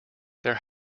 their